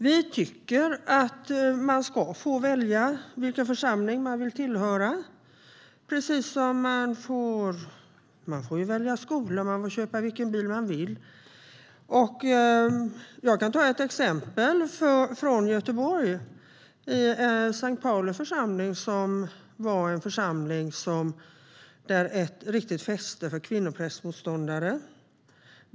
Vi tycker att man ska få välja vilken församling man vill tillhöra, precis som man får välja skola och köpa vilken bil man vill. Jag kan ta ett exempel från Göteborg, där Sankt Pauli församling varit ett riktigt fäste för kvinnoprästmotståndare.